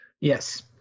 yes